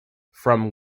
from